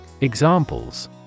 Examples